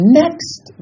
next